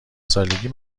سالگی